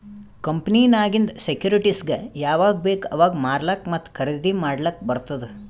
ಕಂಪನಿನಾಗಿಂದ್ ಸೆಕ್ಯೂರಿಟಿಸ್ಗ ಯಾವಾಗ್ ಬೇಕ್ ಅವಾಗ್ ಮಾರ್ಲಾಕ ಮತ್ತ ಖರ್ದಿ ಮಾಡ್ಲಕ್ ಬಾರ್ತುದ್